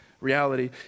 reality